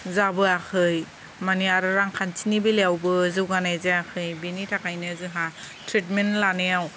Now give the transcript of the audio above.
जाबोआखै माने आरो रांखान्थिनि बेलायावबो जौगानाय जायाखै बेनि थाखायनो जोंहा त्रितमेन्त लानायाव